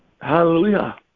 Hallelujah